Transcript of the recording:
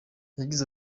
yagize